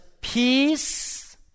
peace